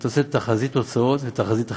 אתה עושה תחזית הוצאות ותחזית הכנסות.